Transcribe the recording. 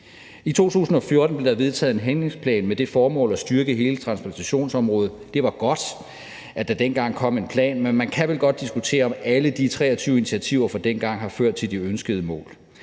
I 2014 blev der vedtaget en handlingsplan med det formål at styrke hele transplantationsområdet. Det var godt, at der dengang kom en plan, men man kan vel godt diskutere, om alle de 23 initiativer fra dengang har ført til de ønskede mål.